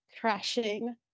crashing